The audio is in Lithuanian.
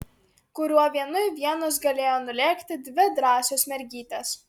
kuriuo vienui vienos galėjo nulėkti dvi drąsios mergytės